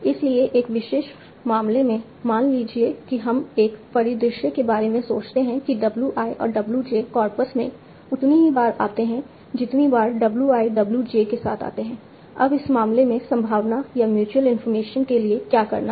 इसलिए एक विशेष मामले में मान लीजिए कि हम एक परिदृश्य के बारे में सोचते हैं कि w i और w j कॉर्पस में उतनी ही बार आते हैं जितनी बार w i w j एक साथ आते हैं अब इस मामले में संभावना या म्यूच्यूअल इंफॉर्मेशन के लिए क्या करना है